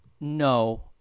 No